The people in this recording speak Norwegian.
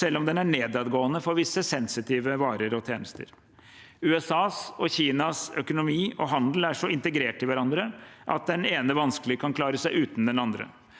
selv om den er nedadgående for visse sensitive varer og tjenester. USAs og Kinas økonomi og handel er så integrert i hverandre at den ene vanskelig kan klare seg uten den andre.